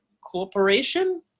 Corporation